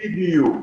בדיוק.